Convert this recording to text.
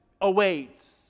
awaits